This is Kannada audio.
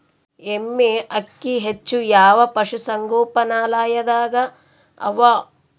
ಎಮ್ಮೆ ಅಕ್ಕಿ ಹೆಚ್ಚು ಯಾವ ಪಶುಸಂಗೋಪನಾಲಯದಾಗ ಅವಾ?